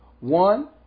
one